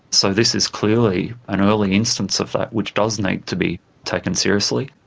so this is clearly an early instance of that, which does need to be taken seriously.